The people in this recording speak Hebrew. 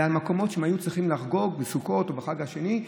למקומות שבהם הם היו צריכים לחגוג בסוכות או בחג השני,